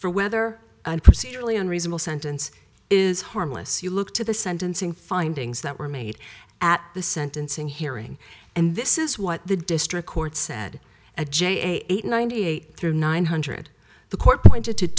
for whether and procedurally unreasonable sentence is harmless you look to the sentencing findings that were made at the sentencing hearing and this is what the district court said at j eight ninety eight through nine hundred the court pointed